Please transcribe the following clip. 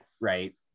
right